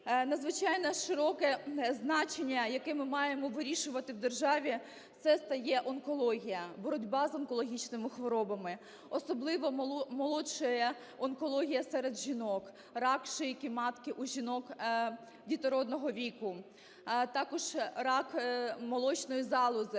Надзвичайно широке значення, яке ми маємо вирішувати в державі, - це стає онкологія, боротьба з онкологічними хворобами. Особливо молодшає онкологія серед жінок: рак шийки матки у жінок дітородного віку, також рак молочної залози.